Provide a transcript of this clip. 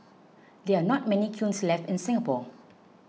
there are not many kilns left in Singapore